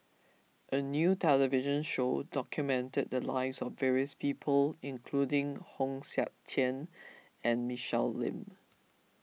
a new television show documented the lives of various people including Hong Sek Chern and Michelle Lim